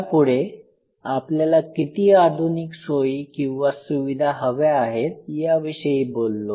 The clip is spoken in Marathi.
त्यापुढे आपल्याला किती आधुनिक सोई किंवा सुविधा हव्या आहेत याविषयी बोललो